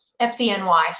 FDNY